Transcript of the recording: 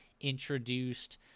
introduced